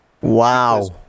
Wow